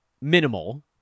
Minimal